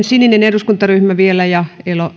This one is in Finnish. sininen eduskuntaryhmä vielä